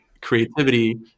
creativity